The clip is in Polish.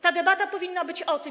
Ta debata powinna być o tym.